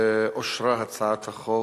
אושרה הצעת החוק